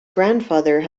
grandfather